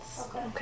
Okay